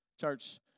Church